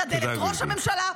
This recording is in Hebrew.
לחדל את ראש הממשלה,